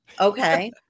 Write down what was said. Okay